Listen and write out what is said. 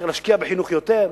אפשר להשקיע בחינוך יותר,